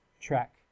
track